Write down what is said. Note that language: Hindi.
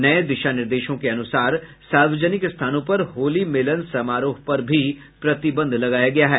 नये दिशा निर्देशों के अनुसार सार्वजनिक स्थानों पर होली मिलन समारोह पर भी प्रतिबंध लगाया गया है